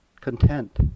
content